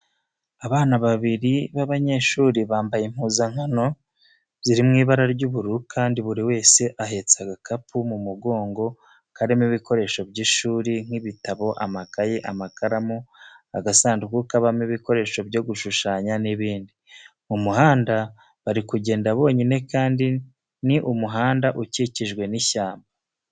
Abana babiri b'abanyeshuri, bambaye impuzankano ziri mu ibara ry'ubururu kandi buri wese ahetse agakapu mu mugongo karimo ibikoresho by'ishuri nk'ibitabo, amakayi, amakaramu, agasanduku kabamo ibikoresho byo gushushanya n'ibindi. Mu muhanda bari kugenda bonyine kandi ni umuhanda ukikijwe n'ishyamba.